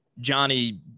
Johnny